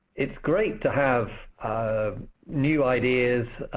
it's great to have new ideas,